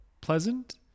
pleasant